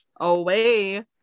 away